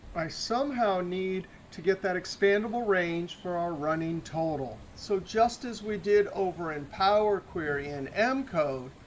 i somehow need to get that expandable range for our running total. so just as we did over in power query and m code,